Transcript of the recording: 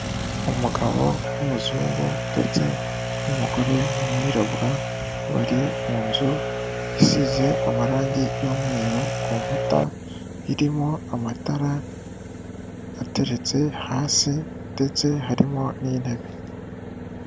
Umugabo w'umuzungu ndetse n'umugore w'umwirabura bari mu nzu isize amarangi y'umweru ku nkuta, irimo amatara ateretse hasi ndetse harimo n'intebe.